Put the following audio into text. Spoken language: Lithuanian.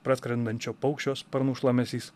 praskrendančio paukščio sparnų šlamesys